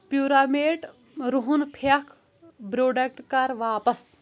پیوٗرامیٹ رُہن پھٮ۪کھ پروڈکٹ کر واپس